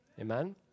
Amen